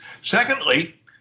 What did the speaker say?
secondly